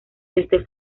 este